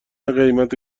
قیمت